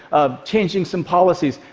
changing some policies,